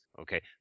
Okay